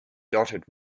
dotted